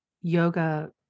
yoga